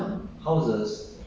tigers and